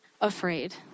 afraid